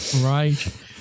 right